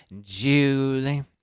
Julie